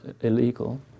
illegal